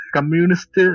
Communist